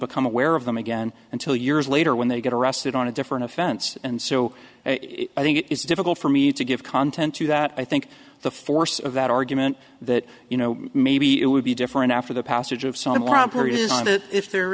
become aware of them again until years later when they get arrested on a different offense and so i think it is difficult for me to give content to that i think the force of that argument that you know maybe it would be different after the passage of